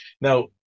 Now